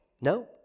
No